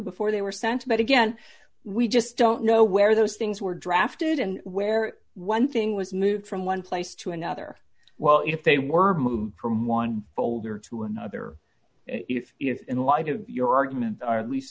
before they were sent but again we just don't know where those things were drafted and where one thing was moved from one place to another well if they were to move from one folder to another in light of your argument